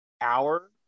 hour